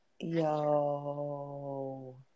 yo